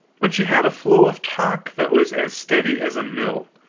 but she had a flow of talk that was as steady as a mill,